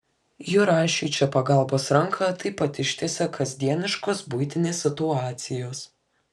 jurašiui čia pagalbos ranką taip pat ištiesia kasdieniškos buitinės situacijos